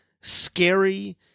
scary